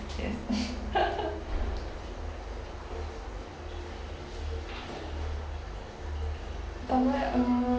yes avoid uh